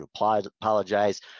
apologize